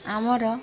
ଆମର